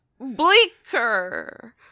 bleaker